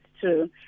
true